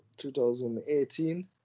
2018